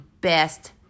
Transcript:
best